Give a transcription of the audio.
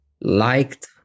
liked